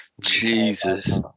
Jesus